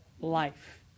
life